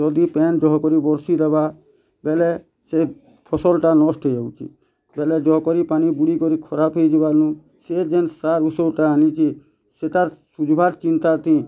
ଯଦି ପାଏନ୍ ଜହ କରି ବରଷି ଦେବା ବେଲେ ସେ ଫସଲ୍ ଟା ନଷ୍ଟ୍ ହେଇଯାଉଛି ବେଲେ ଜହ କରି ପାନି ବୁଡ଼ିକରି ଖରାପ୍ ହେଇଯିବାନୁ ସେ ଯେନ୍ ସାର୍ ଉଷୋଟା ଆନିଛେଁ ସେଇଟା ସୁଝବାର୍ ଚିନ୍ତାଥି